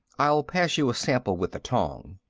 i'll pass you a sample with the tong.